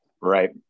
right